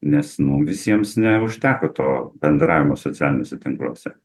nes nu visiems neužteko to bendravimo socialiniuose tinkluose